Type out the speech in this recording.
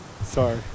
Sorry